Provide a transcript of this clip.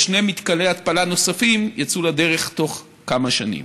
ושני מתקני התפלה נספים יצאו לדרך בתוך כמה שנים.